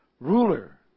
ruler